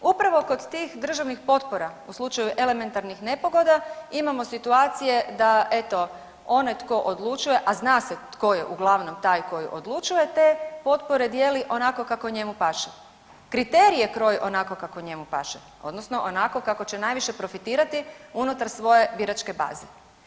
Upravo kod tih državnih potpora u slučaju elementarnih nepogoda imamo situacije da eto onaj tko odlučuje, a zna se tko je uglavnom taj koji odlučuje te potpore dijeli onako kako njemu paše, kriterije kroji onako kako njemu paše odnosno onako kako će najviše profitirati unutar svoje biračke baze.